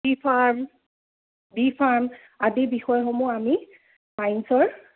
B pharm D pharm আদি বিষয়সমূহ আমি চায়েঞ্চৰ